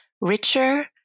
richer